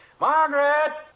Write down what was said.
Margaret